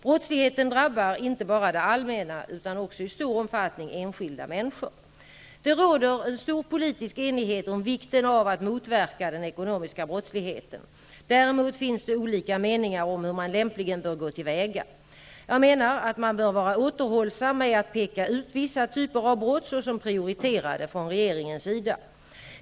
Brottsligheten drabbar inte bara det allmänna utan också i stor omfattning enskilda människor. Det råder en stor politisk enighet om vikten av att motverka den ekonomiska brottsligheten. Däremot finns det olika meningar om hur man lämpligast bör gå till väga. Jag menar att man bör vara återhållsam med att peka ut vissa typer av brott såsom prioriterade från regeringens sida.